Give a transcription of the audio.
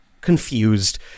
confused